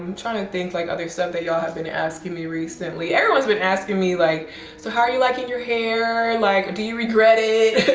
um trying to think like other stuff that y'all have been asking me recently. everyone's been asking me like so how are you liking your hair? like do you regret it?